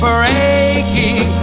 Breaking